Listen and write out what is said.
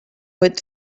would